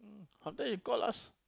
sometime he call us